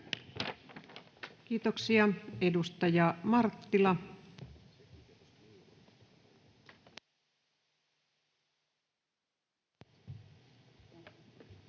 Kiitoksia. — Edustaja Marttila. Arvoisa